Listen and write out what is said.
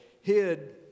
hid